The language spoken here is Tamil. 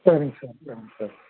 சரிங்க சார் சரிங்க சார்